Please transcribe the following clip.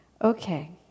Okay